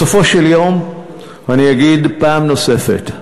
בסופו של יום, ואני אגיד פעם נוספת,